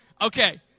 Okay